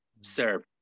Sir